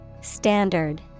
Standard